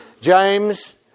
James